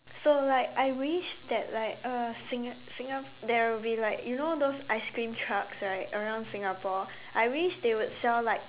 so like I wish that like uh singa~ Singa~ there will be like you know those ice cream trucks right around Singapore I wish they would sell like